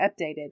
updated